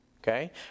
Okay